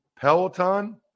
Peloton